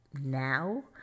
now